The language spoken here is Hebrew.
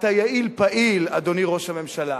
אתה יעיל פעיל, אדוני ראש הממשלה.